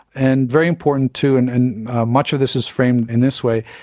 and very important too, and and much of this is framed in this way,